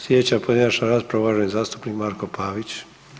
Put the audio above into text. Slijedeća pojedinačna rasprava uvaženi zastupnik Marko Pavić.